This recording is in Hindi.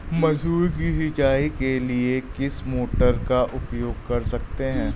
मसूर की सिंचाई के लिए किस मोटर का उपयोग कर सकते हैं?